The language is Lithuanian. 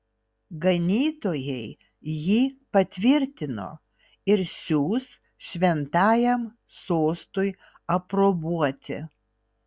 ganytojai jį patvirtino ir siųs šventajam sostui aprobuoti